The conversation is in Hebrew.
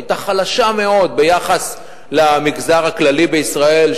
היתה חלשה מאוד ביחס למגזר הכללי בישראל,